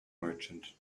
merchant